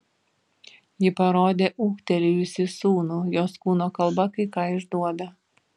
ji parodė ūgtelėjusį sūnų jos kūno kalba kai ką išduoda